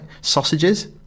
Sausages